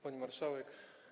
Pani Marszałek!